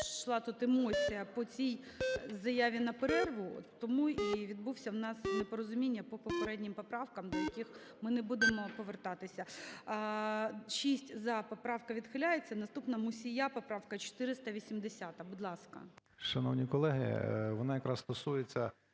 йшла тут емоція по цій заяві на перерву, тому і відбулись у нас непорозуміння по попереднім поправкам, до яких ми не будемо повертатися. 17:33:06 За-6 Поправка відхиляється. Наступна Мусія поправка 480, будь ласка. 17:33:13 МУСІЙ О.С. Шановні колеги! Вона якраз стосується